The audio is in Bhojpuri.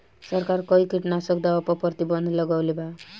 सरकार कई किटनास्क दवा पर प्रतिबन्ध लगवले बा